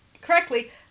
correctly